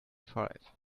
five